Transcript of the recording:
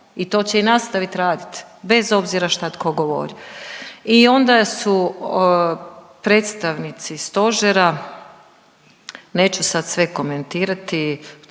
i to će i nastavit radit bez obzira šta tko govori. I onda su predstavnici Stožera, neću sad sve komentirati